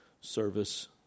service